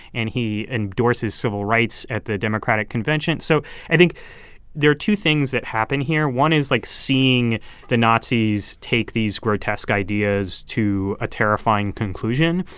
and he endorses civil rights at the democratic convention so i think there are two things that happen here. one is, like, seeing the nazis take these grotesque ideas to a terrifying conclusion,